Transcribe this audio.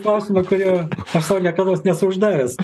klausimą kurio aš sau niekados nesu uždavęs